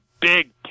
big